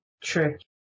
trick